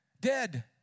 dead